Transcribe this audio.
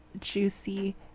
juicy